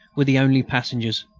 were the only passengers.